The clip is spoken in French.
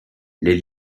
les